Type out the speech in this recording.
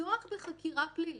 לפתוח בחקירה פלילית,